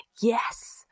yes